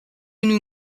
nous